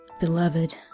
Beloved